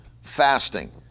Fasting